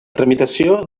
tramitació